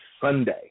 Sunday